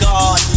God